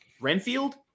Renfield